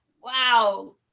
wow